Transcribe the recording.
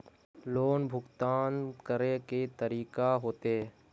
Loan भुगतान करे के तरीका की होते?